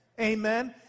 Amen